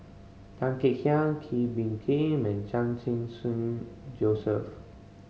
Tan Kek Hiang Kee Bee Khim and Chan Sing Soon Joseph